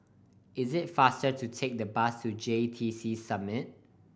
is it faster to take the bus to J T C Summit